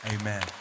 Amen